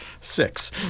Six